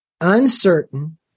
uncertain